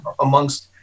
amongst